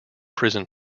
prison